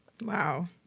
Wow